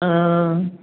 ஆ